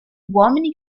uomini